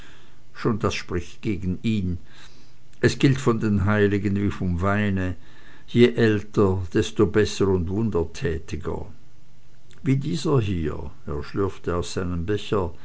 schon das spricht gegen ihn es gilt von den heiligen wie vom weine je älter desto besser und wundertätiger wie dieser hier er schlürfte aus seinem becher